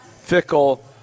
Fickle